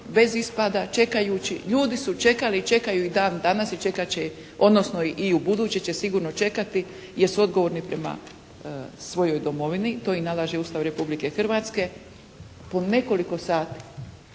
bez ispada čekajući. Ljudi su čekali i čekaju i dan danas i čekat će odnosno i u buduće će sigurno čekati jer su odgovorni prema svojoj domovini. To i nalaže Ustav Republike Hrvatske po nekoliko sati.